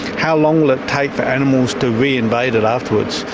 how long will it take for animals to re-invade it afterwards?